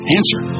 Answer